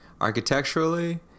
Architecturally